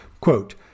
Quote